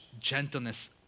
gentleness